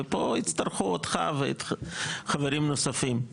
ופה יצטרכו אותך וחברים נוספים.